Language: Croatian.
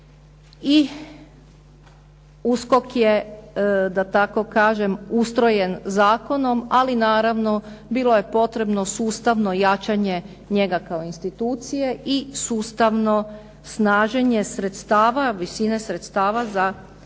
i USKOK je, da tako kažem ustrojen zakonom ali naravno bilo je potrebno sustavno jačanje njega kao institucije i sustavno snaženje sredstava, visine sredstava za njegov